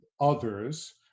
others